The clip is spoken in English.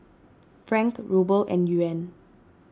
Franc Ruble and Yuan